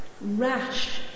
rash